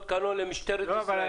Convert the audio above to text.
זה אות קלון למשטרת ישראל.